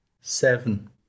seven